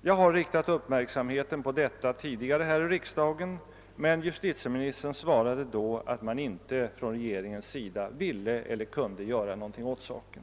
Jag har riktat uppmärksamheten på detta tidigare här i riksdagen, men justitieministern svarade då, att man från regeringens sida inte ville eller kunde göra någonting åt saken.